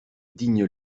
digne